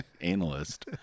analyst